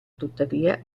tuttavia